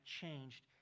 changed